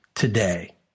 Today